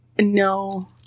No